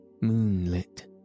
moonlit